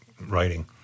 writing